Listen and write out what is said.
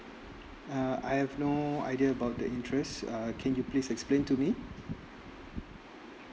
uh I have no idea about the interest err can you please explain to me